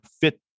fit